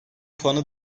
puanı